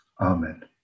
Amen